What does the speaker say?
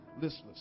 listless